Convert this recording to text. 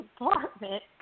apartment